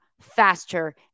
faster